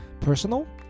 personal